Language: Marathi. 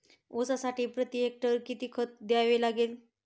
ऊसासाठी प्रतिएकर किती खत द्यावे लागेल?